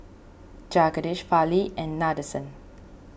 Jagadish Fali and Nadesan